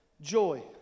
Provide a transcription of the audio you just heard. joy